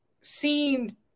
seen